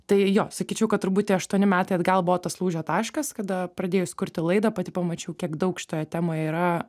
tai jo sakyčiau kad turbūt tie aštuoni metai atgal buvo tas lūžio taškas kada pradėjus kurti laidą pati pamačiau kiek daug šitoje temoje yra